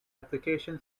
application